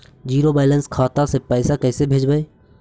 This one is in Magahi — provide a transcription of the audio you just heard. जीरो बैलेंस खाता से पैसा कैसे भेजबइ?